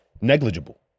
negligible